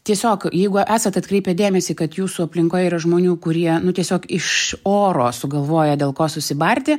tiesiog jeigu esat atkreipę dėmesį kad jūsų aplinkoj yra žmonių kurie tiesiog iš oro sugalvoja dėl ko susibarti